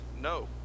no